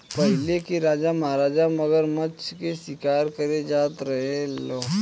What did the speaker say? पहिले के राजा महाराजा मगरमच्छ के शिकार करे जात रहे लो